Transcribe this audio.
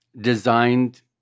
designed